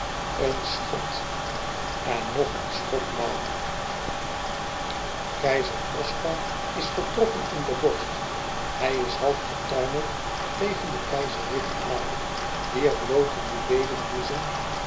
een schot en nog een schot na keizer oscar is getroffen in de borst hij is half getuimeld tegen de keizerin aan wier bloote